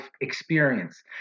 experience